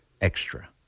extra